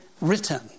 written